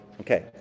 okay